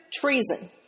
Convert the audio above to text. Treason